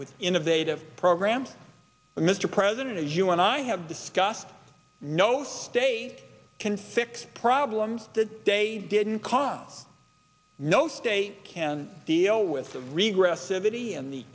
with innovative programs mr president as you and i have discussed no state can fix problems that day didn't come no state can deal with the regress city in the